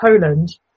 Poland